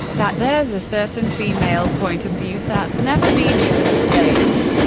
that there's a certain female point of view that's never been given space.